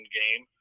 game